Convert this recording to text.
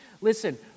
Listen